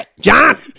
John